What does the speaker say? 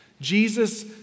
Jesus